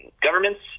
governments